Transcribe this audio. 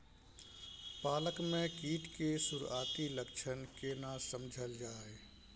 पालक में कीट के सुरआती लक्षण केना समझल जाय?